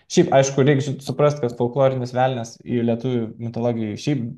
šiaip aišku reik suprast kad folklorinis velnias į lietuvių mitologiją šiaip